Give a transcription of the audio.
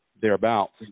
thereabouts